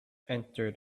entered